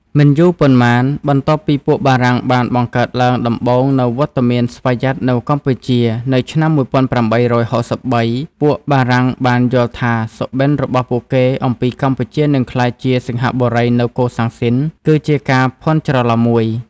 មិនយូរប៉ុន្មាន បន្ទាប់ពីពួកបារាំងបានបង្កើតឡើងដំបូងនូវវត្តមានស្វយ័តនៅកម្ពុជានៅឆ្នាំ ១៨៦៣ ពួកបារាំងបានយល់ថាសុបិន្ត របស់ពួកគេអំពីកម្ពុជានឹងក្លាយជា សិង្ហបុរីនៅកូសាំង ស៊ីន គឺជាការភាន់ច្រឡំមួយ ។